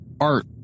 art